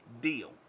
deal